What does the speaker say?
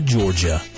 Georgia